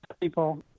people